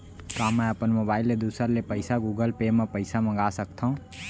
का मैं अपन मोबाइल ले दूसर ले पइसा गूगल पे म पइसा मंगा सकथव?